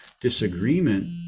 disagreement